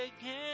again